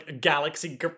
galaxy